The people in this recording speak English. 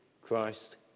Christ